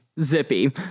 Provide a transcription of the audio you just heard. Zippy